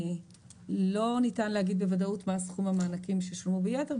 לא ניתן להגיד בוודאות מה סכום המענקים ששולמו ביתר,